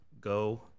go